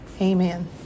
Amen